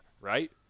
right